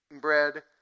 bread